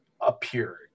appeared